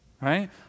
right